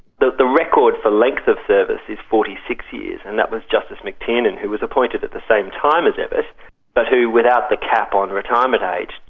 the the record for the length of service is forty six years, and that was justice mctiernan who was appointed at the same time as evatt but who, without the cap on retirement age,